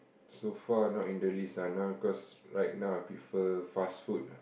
so far not in the list ah now cause right now I prefer fast food ah